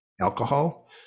Alcohol